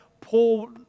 Paul